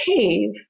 cave